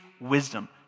wisdom